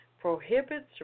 prohibits